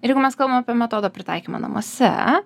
ir jeigu mes kalbam apie metodo pritaikymą namuose